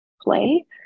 play